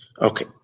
Okay